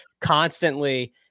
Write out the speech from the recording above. constantly